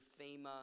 FEMA